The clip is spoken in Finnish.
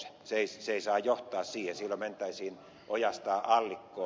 se ei saa johtaa nousuun silloin mentäisiin ojasta allikkoon